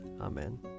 Amen